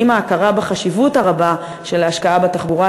ועם ההכרה בחשיבות הרבה של ההשקעה בתחבורה